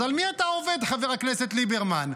על מי אתה עובד, חבר הכנסת ליברמן?